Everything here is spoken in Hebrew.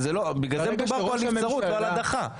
בגלל זה מדובר פה על נבצרות ולא על הדחה.